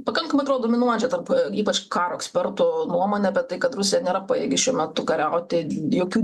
pakankamai atrodo dominuojančia tarp ypač karo ekspertų nuomone apie tai kad rusija nėra pajėgi šiuo metu kariauti jokių